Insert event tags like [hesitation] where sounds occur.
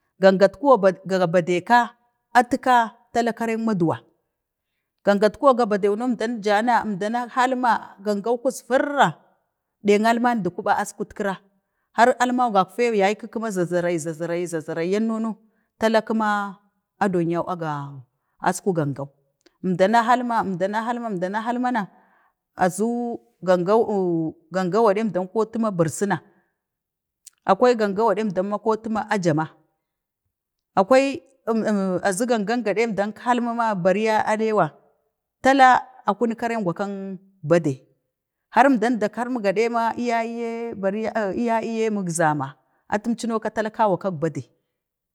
gangat kuwa, ga badai gangatkuwa ga badai, ka atu ka, tala karak maduwa, gangat kuwa ga bedai no əmdan ja na əmden nan ha gi, halma, yagan kusvirra, ɗeng alman dukɓa əskutkira, har alman gaffee yaku kuma zazzarai zazzarai zazzai yal no nu, tala kəna adon yau a gara, asku gangau, əmdana halma, əmdan na halma əmdana halna, na, azu gangau, [hesitation] gangau waɗe əmdan kotu ma ajena, akwa, [hesitation] azu gangau gadi jmdan kotu ma, bariya alewa, tala akunek karengwa kang badei har əmdan da kalmi gaɗema iyayye, iyayiyee əmkzama, atum luno ka tila kewa kak badei.